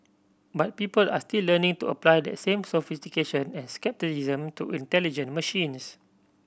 but people are still learning to apply that same sophistication and scepticism to intelligent machines